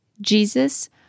Jesus